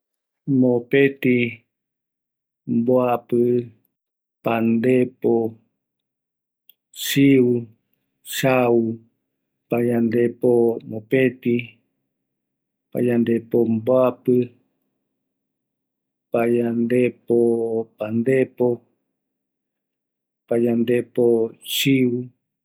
Mopetï, mbapɨ, pandepo, chiu, chau, payandepo, payandepo mopetɨ, payandepo mboapɨ, pyandepo pandepo, payandepo chiu